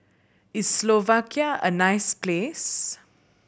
is Slovakia a nice place